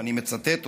ואני מצטט אותו: